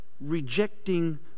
rejecting